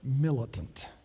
militant